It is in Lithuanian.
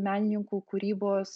menininkų kūrybos